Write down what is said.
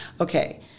okay